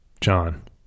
John